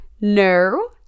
No